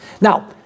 Now